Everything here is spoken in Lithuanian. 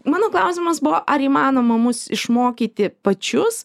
mano klausimas buvo ar įmanoma mus išmokyti pačius